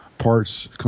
Parts